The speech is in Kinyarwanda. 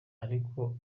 ariko